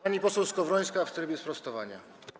Pani poseł Skowrońska, w trybie sprostowania.